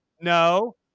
no